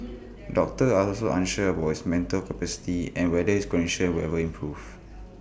doctors are also unsure about his mental capacity and whether his condition will ever improve